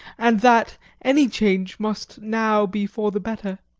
and that any change must now be for the better.